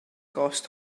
gost